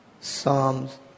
Psalms